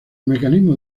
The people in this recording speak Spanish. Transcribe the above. mecanismo